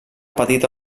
petita